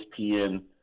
ESPN